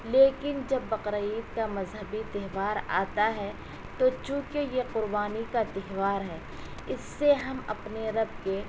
لیکن جب بقرعید کا مذہبی تہوار آتا ہے تو چونکہ یہ قربانی کا تہوار ہے اس سے ہم اپنے رب کے